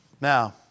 Now